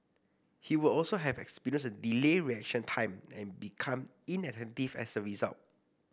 he would also have experienced a delayed reaction time and become inattentive as a result